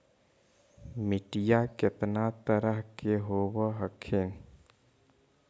मिट्टीया कितना तरह के होब हखिन?